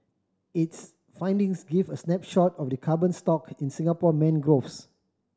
its findings give a snapshot of the carbon stock in Singapore mangroves